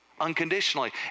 unconditionally